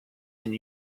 and